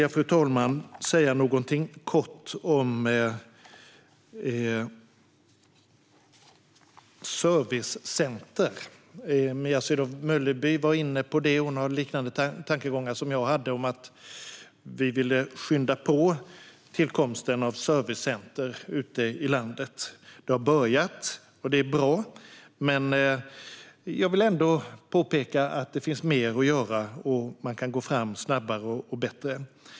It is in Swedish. Jag vill även säga något kort om servicecenter, som också Mia Sydow Mölleby var inne på. Hon har liknande tankegångar som jag om att skynda på tillkomsten av servicecenter ute i landet. Detta har påbörjats, vilket är bra. Men jag vill ändå påpeka att det finns mer att göra och att man kan gå fram snabbare och bättre.